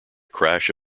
crash